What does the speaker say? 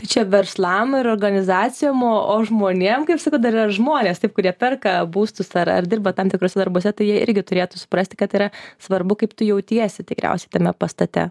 čia verslam ir organizacijom o žmonėm kaip sakau dar yra žmonės taip kurie perka būstus ar ar dirba tam tikruose darbuose tai jie irgi turėtų suprasti kad yra svarbu kaip tu jautiesi tikriausiai tame pastate